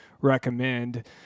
recommend